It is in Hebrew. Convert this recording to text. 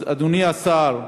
אז, אדוני השר,